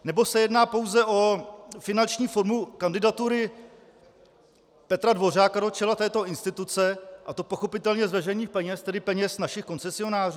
Nebo se jedná pouze o finanční formu kandidatury Petra Dvořáka do čela této instituce, a to pochopitelně z veřejných peněz, tedy peněz našich koncesionářů?